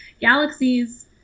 galaxies